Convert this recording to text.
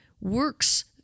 works